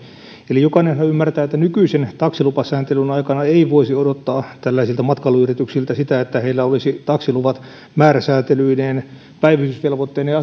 eli jokainenhan ymmärtää että nykyisen taksilupasääntelyn aikana ei voisi odottaa tällaisilta matkailuyrityksiltä sitä että heillä olisi taksiluvat määräsääntelyineen päivystysvelvoitteineen